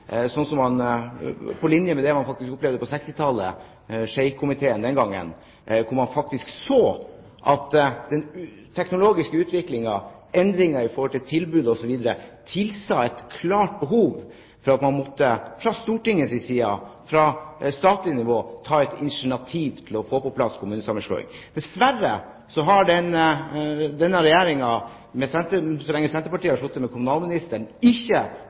på linje med det man opplevde på 1960-tallet, med Schei-komiteen. Da så man at den teknologiske utviklingen og endringer i forhold til tilbud osv. tilsa et klart behov for at man fra Stortingets side og fra statlig nivå måtte ta et initiativ til å få på plass kommunesammenslåing. Dessverre har ikke denne regjeringen, så lenge Senterpartiet har sittet med kommunalministeren,